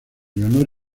leonor